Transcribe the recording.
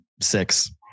six